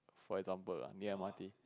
for example lah near M_R_T